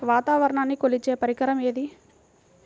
వాతావరణాన్ని కొలిచే పరికరం ఏది?